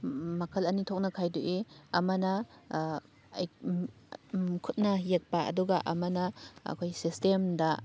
ꯃꯈꯜ ꯑꯅꯤ ꯊꯣꯛꯅ ꯈꯥꯏꯗꯣꯛꯏ ꯑꯃꯅ ꯈꯨꯠꯅ ꯌꯦꯛꯄ ꯑꯗꯨꯒ ꯑꯃꯅ ꯑꯩꯈꯣꯏ ꯁꯤꯁꯇꯦꯝꯗ